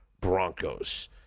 Broncos